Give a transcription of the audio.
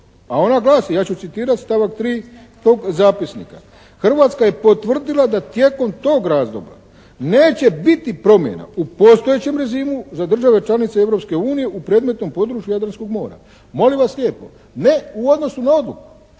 a ona glasi, ja ću citirati stavak 3. tog zapisnika: "Hrvatska je potvrdila da tijekom tog razdoblja neće biti promjena u postojećem režimu za države članice Europske unije u predmetnom području Jadranskog mora". Molim vas lijepo, ne u odnosu na odluku